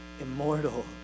immortal